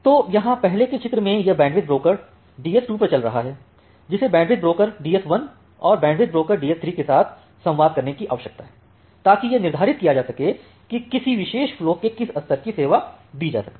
तो यहां पहले चित्र में यह बैंडविड्थ ब्रोकर डीएस 2 पर चल रहा है जिसे बैंडविड्थ ब्रोकर डीएस 1 और बैंडविड्थ ब्रोकर डीएस 3 के साथ संवाद करने की आवश्यकता है ताकि यह निर्धारित किया जा सके कि किसी विशेष फ्लो को किस स्तर की सेवा दी जा सकती है